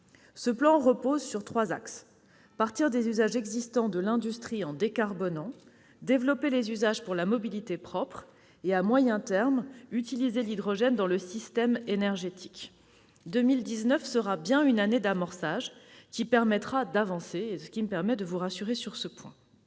Ce plan repose sur trois axes : décarboner les usages existants de l'industrie, développer des usages pour la mobilité propre, et, à moyen terme, utiliser l'hydrogène dans le système énergétique. L'année 2019 sera bien celle de l'amorçage, qui permettra d'avancer- je peux vous rassurer sur ce point.